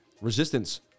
resistance